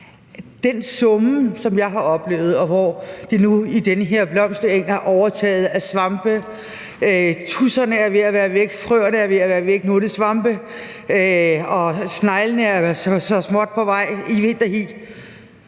Den summen, som jeg har oplevet i den her blomstereng, som nu er overtaget af svampe – tudserne er ved at være væk, frøerne er ved at være væk; nu er der svampe, og sneglene er så småt på vej i vinterhi